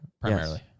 primarily